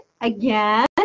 again